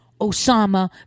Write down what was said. osama